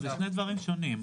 אלו שני דברים שונים.